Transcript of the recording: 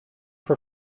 for